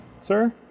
Sir